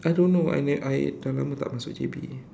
I don't know I ne~ I dah lama tak masuk J_B